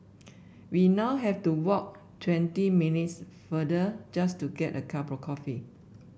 we now have to walk twenty minutes farther just to get a cup of coffee